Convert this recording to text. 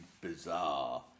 bizarre